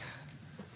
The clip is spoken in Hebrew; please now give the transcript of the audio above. מהבחינה הרדיואקטיבית?